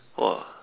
!wah!